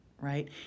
right